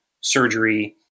surgery